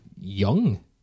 young